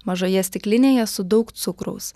mažoje stiklinėje su daug cukraus